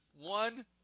One